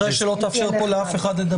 אחרי שלא תאפשר כאן לאף אחד לדבר.